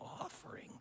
offering